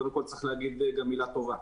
קודם כול צריך להגיד גם מילה טובה: